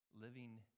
living